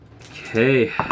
Okay